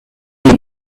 made